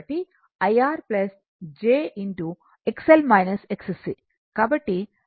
కాబట్టి Z R jఅంటే అది R